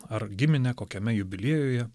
ar gimine kokiame jubiliejuje